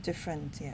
different ya